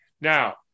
Now